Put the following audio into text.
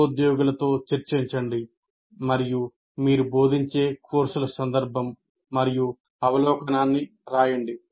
సహోద్యోగులతో చర్చించండి మరియు మీరు బోధించే కోర్సుల సందర్భం మరియు అవలోకనాన్ని రాయండి